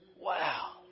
Wow